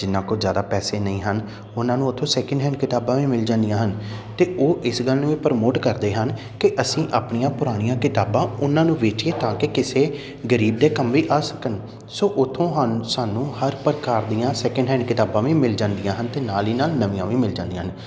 ਜਿਨ੍ਹਾਂ ਕੋਲ ਜ਼ਿਆਦਾ ਪੈਸੇ ਨਹੀਂ ਹਨ ਉਹਨਾਂ ਨੂੰ ਉੱਥੋਂ ਸੈਕਿੰਡ ਹੈਂਡ ਕਿਤਾਬਾਂ ਵੀ ਮਿਲ ਜਾਂਦੀਆਂ ਹਨ ਅਤੇ ਉਹ ਇਸ ਗੱਲ ਨੂੰ ਵੀ ਪ੍ਰਮੋਟ ਕਰਦੇ ਹਨ ਕਿ ਅਸੀਂ ਆਪਣੀਆਂ ਪੁਰਾਣੀਆਂ ਕਿਤਾਬਾਂ ਉਹਨਾਂ ਨੂੰ ਵੇਚੀਏ ਤਾਂ ਕਿ ਕਿਸੇ ਗਰੀਬ ਦੇ ਕੰਮ ਵੀ ਆ ਸਕਣ ਸੋ ਉੱਥੋਂ ਹਾਨੂੰ ਸਾਨੂੰ ਹਰ ਪ੍ਰਕਾਰ ਦੀਆਂ ਸੈਕਿੰਡ ਹੈਂਡ ਕਿਤਾਬਾਂ ਵੀ ਮਿਲ ਜਾਂਦੀਆਂ ਹਨ ਅਤੇ ਨਾਲ ਹੀ ਨਾਲ ਨਵੀਆਂ ਵੀ ਮਿਲ ਜਾਂਦੀਆਂ ਹਨ